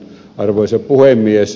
arvoisa puhemies